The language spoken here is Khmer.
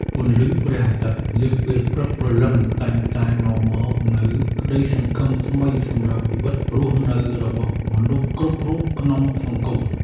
ពន្លឺព្រះអាទិត្យនាពេលព្រឹកព្រលឹមតែងតែនាំមកនូវក្តីសង្ឃឹមថ្មីសម្រាប់ជីវិតរស់នៅរបស់មនុស្សគ្រប់រូបក្នុងសង្គម។